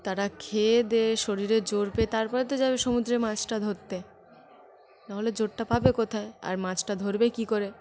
তারা খেয়ে দেয়ে শরীরে জোর পেয়ে তার পরে তো যাবে সমুদ্রে মাছটা ধরতে নাহলে জোরটা পাবে কোথায় আর মাছটা ধরবে কী করে